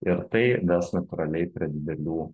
ir tai ves natūraliai prie didelių